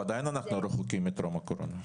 זה עדיין רחוק מן המצב טרום הקורונה.